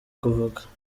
kuvuga